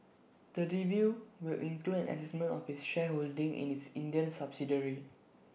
the review will include an Assessment of its shareholding in its Indian subsidiary